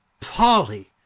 Polly